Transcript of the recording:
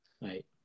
Right